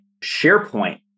SharePoint